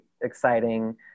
exciting